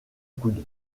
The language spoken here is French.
coude